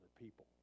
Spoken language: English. people